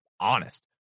honest